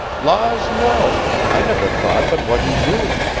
laws, no! i never thought but what he knew.